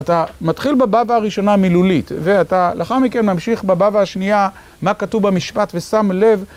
אתה מתחיל בבבא הראשונה מילולית, ולאחר מכן ממשיך בבבא השנייה, מה כתוב במשפט, ושם לב.